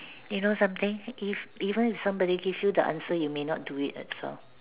you know something if even if somebody give you the answer you may not do it also